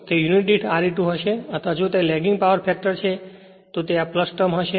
તે યુનિટ દીઠ R e 2 હશે અથવા જો તે લેગિંગ પાવર ફેક્ટર છે તો તે આ ટર્મ હશે